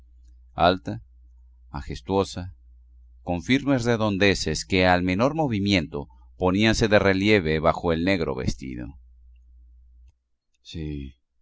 alta majestuosa con firmes redondeces que al menor movimiento poníanse de relieve bajo el negro vestido sí